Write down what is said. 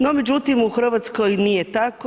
No, međutim u Hrvatskoj nije tako.